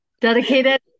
Dedicated